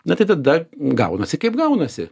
na tai tada gaunasi kaip gaunasi